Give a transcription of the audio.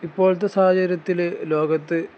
ഇപ്പോഴത്തെ സാഹചര്യത്തിൽ ലോകത്ത്